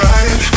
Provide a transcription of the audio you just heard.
Right